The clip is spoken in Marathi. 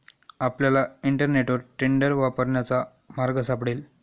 आपल्याला इंटरनेटवर टेंडर वापरण्याचा मार्ग सापडेल